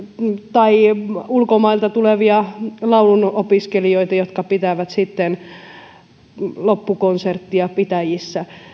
tai ulkomailta tulevia laulunopiskelijoita jotka sitten pitävät loppukonserttia pitäjissä